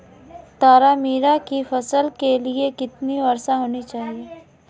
तारामीरा की फसल के लिए कितनी वर्षा होनी चाहिए?